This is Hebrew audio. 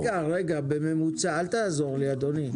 אל תעזור לי, אדוני.